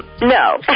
No